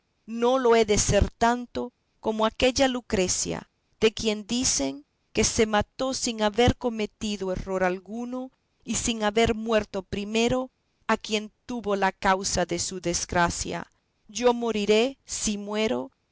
no lo he de ser tanto como aquella lucrecia de quien dicen que se mató sin haber cometido error alguno y sin haber muerto primero a quien tuvo la causa de su desgracia yo moriré si muero